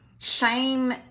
Shame